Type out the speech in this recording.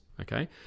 okay